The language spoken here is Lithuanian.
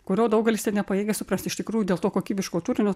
kurio daugelis net nepajėgia suprasti iš tikrųjų dėl to kokybiško turinio